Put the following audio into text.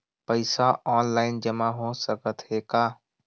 पईसा ऑनलाइन जमा हो साकत हे का?